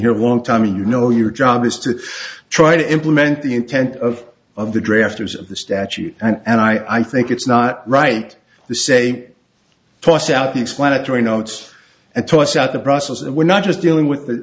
here one time and you know your job is to try to implement the intent of of the drafters of the statute and i think it's not right to say toss out the explanatory notes and toss out the process that we're not just dealing with the